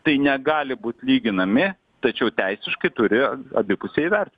tai negali būt lyginami tačiau teisiškai turi abipusiai įvert